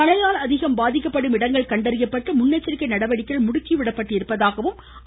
மழையால் அதிகம் பாதிக்கப்படும் இடங்கள் கண்டறியப்பட்டு முன்னெச்சரிக்கை நடவடிக்கைகள் முடுக்கிவிடப்பட்டுள்ளதாக கூறினார்